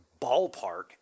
ballpark